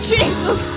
Jesus